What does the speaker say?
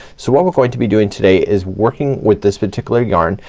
so what we're going to be doing today is working with this particular yarn.